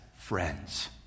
friends